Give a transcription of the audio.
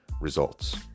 results